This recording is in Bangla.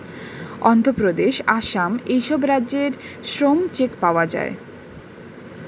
অন্ধ্রপ্রদেশ, আসাম এই সব রাজ্যে শ্রম চেক পাওয়া যায়